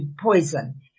poison